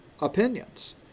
opinions